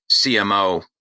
CMO